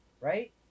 right